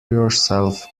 yourself